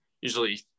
usually